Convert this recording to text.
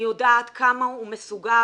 אני יודעת כמה הוא מסוגל,